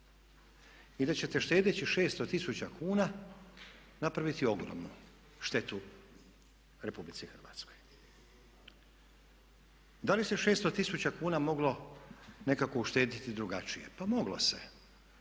I da ćete štedeći 600 tisuća kuna napraviti ogromnu štetu RH. Da li se 600 tisuća kuna moglo nekako uštedjeti drugačije? Pa moglo se.